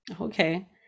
okay